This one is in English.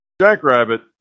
jackrabbit